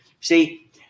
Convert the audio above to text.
See